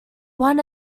one